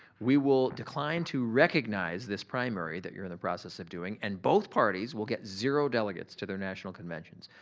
we will decline to recognize this primary that you're in the process of doing and both parties will get zero delegates to their national conventions.